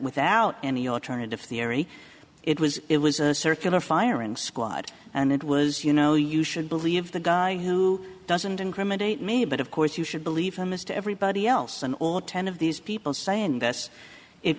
without any alternative theory it was it was a circular firing squad and it was you know you should believe the guy doesn't incriminate me but of course you should believe i missed everybody else and all ten of these people saying this it